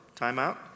timeout